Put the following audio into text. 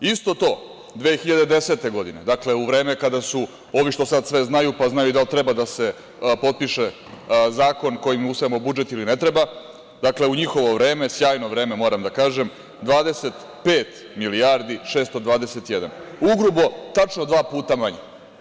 Isto to, 2010. godine, dakle, u vreme kada su ovi što sad sve znaju, pa znaju i da treba da se potpiše zakon kojim usvajamo budžet ili ne treba, dakle, u njihovo vreme, sjajno vreme, moram da kažem, 25.621.000.000, grubo, tačno dva puta manje.